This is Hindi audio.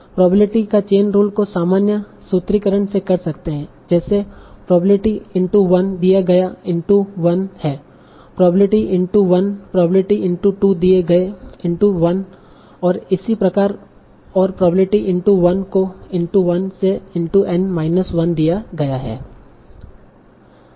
प्रोबेबिलिटी का चेन रूल को सामान्य सूत्रीकरण से कर सकते है जैसे प्रोबेबिलिटी x1 दिया गया x1 है प्रोबेबिलिटी x 1 प्रोबेबिलिटी x 2 दिए गए x 1 और इसी प्रकार और प्रोबेबिलिटी x 1 को x 1 से x n माइनस 1 दिया गया है